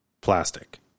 plastic